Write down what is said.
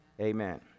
Amen